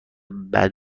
بعد